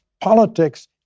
politics